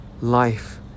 life